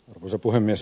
arvoisa puhemies